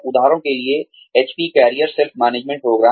उदाहरण के लिए HP career self management programme